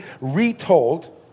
retold